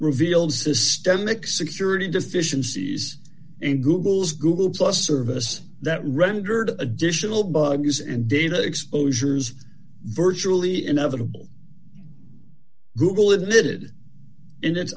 revealed systemic security deficiencies in google's google plus service that rendered additional bugs and data exposures virtually inevitable google admitted in it